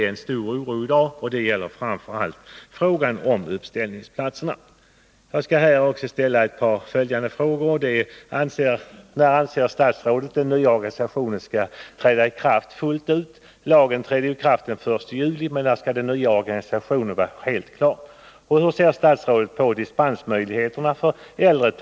Det finns i dag en stor oro, och detta gäller speciellt i frågan om uppställningsplatserna. När anser statsrådet att den nya organisationen skall träda i kraft fullt ut? Lagen trädde i kraft den 1 juli, men när skall den nya organisationen vara helt genomförd?